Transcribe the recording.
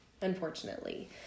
unfortunately